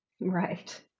right